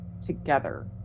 together